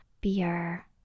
beer